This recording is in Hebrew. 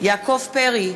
יעקב פרי,